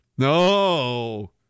No